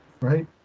right